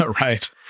Right